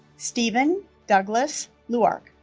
steven douglas lewark